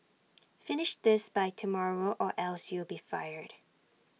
finish this by tomorrow or else you'll be fired